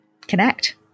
connect